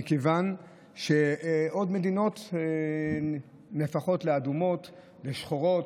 מכוון שעוד מדינות נהפכות לאדומות, לשחורות,